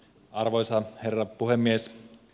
arvoisa herra puhemies